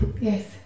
Yes